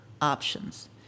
options